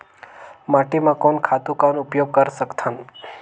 माटी म कोन खातु कौन उपयोग कर सकथन?